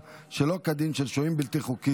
ההסמכה ותקופת ההתמחות),